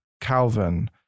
Calvin